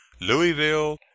Louisville